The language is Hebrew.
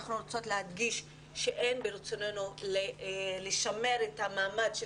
אנחנו רוצות להדגיש שאין ברצוננו לשמר את המעמד של